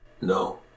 No